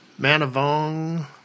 Manavong